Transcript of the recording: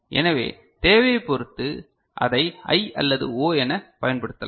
எனவே தேவையைப் பொறுத்து அதை I அல்லது O எனப் பயன்படுத்தலாம்